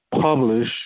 publish